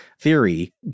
theory